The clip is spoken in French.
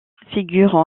figurent